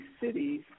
cities